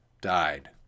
died